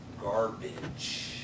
garbage